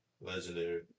legendary